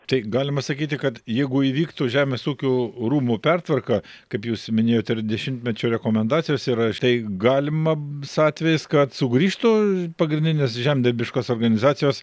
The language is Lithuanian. tai galima sakyti kad jeigu įvyktų žemės ūkio rūmų pertvarka kaip jūs minėjote ir dešimtmečio rekomendacijos yra štai galimas atvejis kad sugrįžtų pagrindinės žemdirbiškos organizacijos